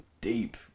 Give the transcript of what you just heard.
deep